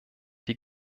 die